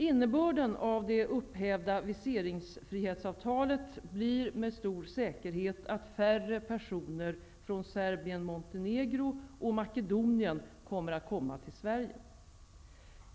Innebörden av det upphävda viseringsfrihetsavtalet blir med stor säkerhet att färre personer från Serbien-Montenegro kommer att komma till Sverige.